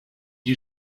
you